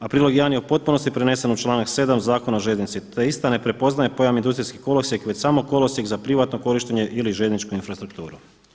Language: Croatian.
A prilog 1. je u potpunosti prenesen u članak 7. Zakona o željeznici te ista ne prepoznaje pojam industrijski kolosijek već samo kolosijek za privatno korištenje ili željezničku infrastrukturu.